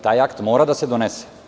Taj akt mora da se donese.